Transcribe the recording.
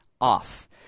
off